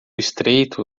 estreito